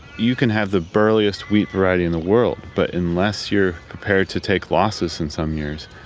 you can have the burliest wheat variety in the world, but unless you're prepared to take losses in some years,